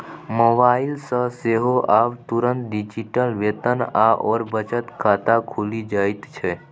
mobile सँ सेहो आब तुरंत डिजिटल वेतन आओर बचत खाता खुलि जाइत छै